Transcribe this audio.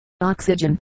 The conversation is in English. oxygen